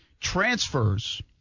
transfers